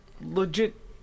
legit